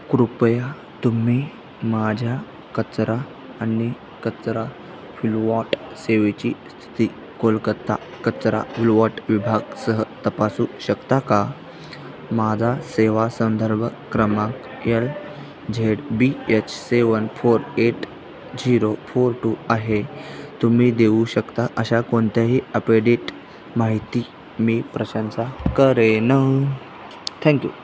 कृपया तुम्ही माझ्या कचरा आणि कचरा विल्हेवाट सेवेची स्थिती कोलकत्ता कचरा विल्हेवाट विभागासह तपासू शकता का माझा सेवा संदर्भ क्रमांक L Z B H seven four eight zero four two आहे तुम्ही देऊ शकता अशा कोणत्याही अपेडेट माहिती मी प्रशंसा करेन थँक्यू